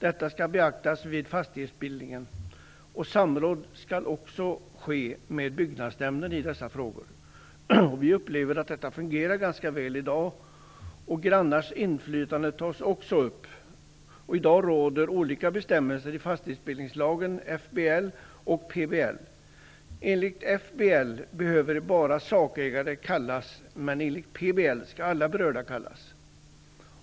Detta skall beaktas vid fastighetsbildningen. Samråd skall också ske med Byggnadsnämnden i dessa frågor. Vi upplever att detta fungerar ganska väl i dag. Frågor om grannars inflytande tas också upp. I dag råder olika bestämmelser i fastighetsbildningslagen, FBL, och i PBL. Enligt FBL behöver bara sakägare kallas, men enligt PBL skall alla berörda kallas.